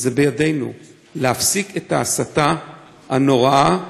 וזה בידינו להפסיק את ההסתה הנוראה,